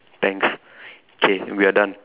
thanks okay we are done